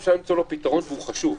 שאפשר למצוא לו פתרון, והוא חשוב.